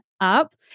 up